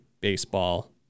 baseball